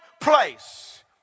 place